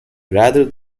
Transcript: rather